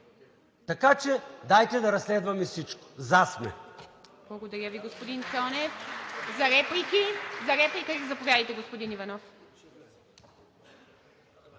Така че дайте да разследваме всичко. „За“ сме.